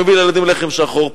מביא לילדים לחם שחור,